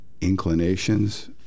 inclinations